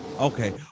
okay